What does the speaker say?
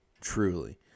truly